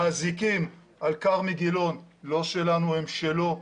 האזיקים על כרמי גילון לא שלנו, הם שלו,